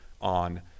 on